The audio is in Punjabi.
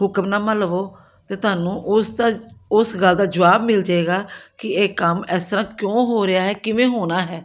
ਹੁਕਮਨਾਮਾ ਲਵੋ ਅਤੇ ਤੁਹਾਨੂੰ ਉਸਦਾ ਉਸ ਗੱਲ ਦਾ ਜਵਾਬ ਮਿਲ ਜਾਵੇਗਾ ਕਿ ਇਹ ਕੰਮ ਇਸ ਤਰ੍ਹਾਂ ਕਿਉਂ ਹੋ ਰਿਹਾ ਹੈ ਕਿਵੇਂ ਹੋਣਾ ਹੈ